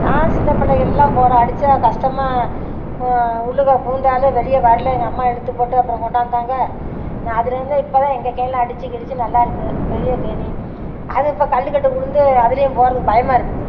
நான் சின்னப் பிள்ளைகள்லாம் போகிற அடித்தா கஷ்டமாக உள்ளுக்க பூந்தால் வெளியே வரல எங்கள் அம்மா இழுத்துப் போட்டு அப்புறம் கொண்டாந்தாங்க நான் அதுலேருந்து இப்போ தான் எங்கள் கேணியில் அடித்து கிடித்து நல்லா இருக்கும் பெரிய கேணி அதுவும் இப்போ கல்லுக்கட்டு விழுந்து அதுலேயும் போகிறதுக்கு பயமாக இருக்குது